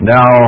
Now